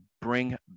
bring